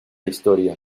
historia